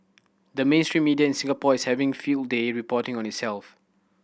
the mainstream media in Singapore is having field day reporting on itself